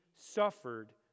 suffered